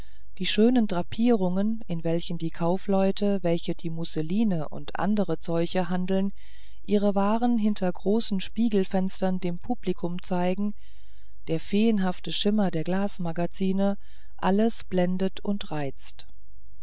die schönen drapierungen in welchen die kaufleute welche mit musselinen und anderen zeuchen handelt ihre waren hinter großen spiegelfenstern dem publikum zeigen der feenhafte schimmer der glasmagazine alles blendet und reizt